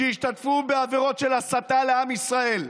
שהשתתפו בעבירות של הסתה על עם ישראל?